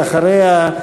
ואחריה,